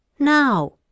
now